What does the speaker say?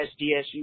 SDSU